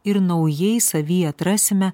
ir naujai savy atrasime